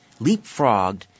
leapfrogged